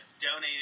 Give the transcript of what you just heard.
donated